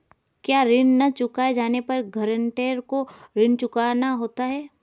क्या ऋण न चुकाए जाने पर गरेंटर को ऋण चुकाना होता है?